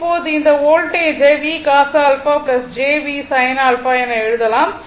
இப்போது இந்த வோல்டேஜை VCos α j V sin α என எழுதலாம்